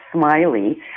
Smiley